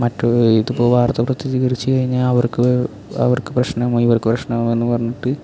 മറ്റൊരു ഇതിപ്പോൾ വാർത്ത പ്രസിദ്ധീകരിച്ചു കഴിഞ്ഞാൽ അവർക്ക് അവർക്ക് പ്രശ്നമായി ഇവർക്ക് പ്രശ്നമായി എന്ന് പറഞ്ഞിട്ട്